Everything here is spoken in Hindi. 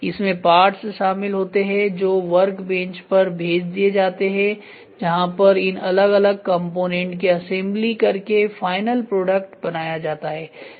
इसमें पार्ट्स शामिल होते हैं जो वर्क बेंच पर भेज दिए जाते हैं जहां पर इन अलग अलग कंपोनेंट की असेंबली करके फाइनल प्रोडक्ट बनाया जाता है